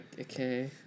Okay